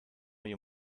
you